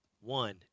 one